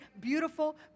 beautiful